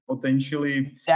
potentially